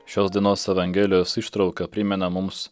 šios dienos evangelijos ištrauka primena mums